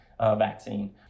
vaccine